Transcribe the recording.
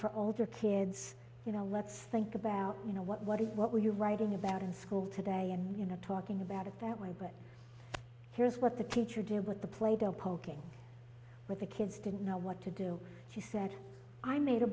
for older kids you know let's think about you know what what is what were you writing about in school today and you know talking about it that way but here's what the teacher did with the play dough poking with the kids didn't know what to do she said i made a